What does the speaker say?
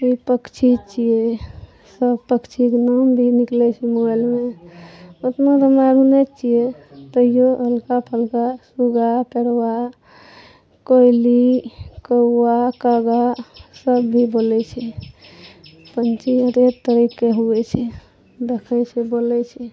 ई पक्षी छियै सब पक्षीके नाम भी निकलै छै मोबाइलमे ओतना तऽ मालुमे छियै तैयो हलका फलका सूगा पेड़बा कोयली कौआ कागा सब भी बोलै छै पँछी अनेक तरह के हुअइ छै देखै छै बोलै छै